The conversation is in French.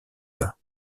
bas